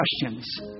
questions